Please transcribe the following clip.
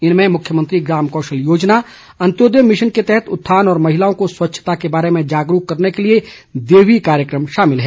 इनमें मुख्यमंत्री ग्राम कौशल योजना अंत्योदय मिशन के तहत उत्थान और महिलाओं को स्वच्छता के बारे में जागरूक करने के लिए देवी कार्यकम शामिल है